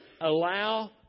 Allow